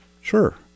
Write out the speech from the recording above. Sure